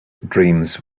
dreams